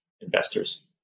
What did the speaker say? investors